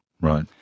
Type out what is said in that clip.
right